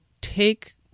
take